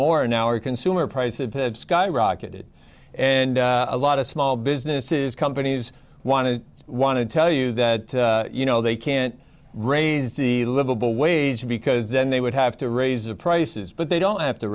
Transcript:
more in our consumer prices have skyrocketed and a lot of small businesses companies want to want to tell you that you know they can't raise the livable wage because then they would have to raise the prices but they don't have to